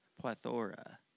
Plethora